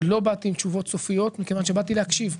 לא באתי עם תשובות סופיות מכיוון שבאתי להקשיב.